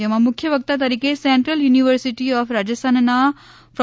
જેમાં મુખ્ય વકતા તરીકે સેન્લ્ મા યુનિવર્સીટી ઓફ રાજસ્થાનના પ્રો